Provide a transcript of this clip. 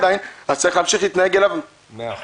עדיין צריך להמשיך להתנהג אליו כחולה.